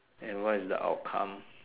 and what is the outcome